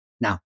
Now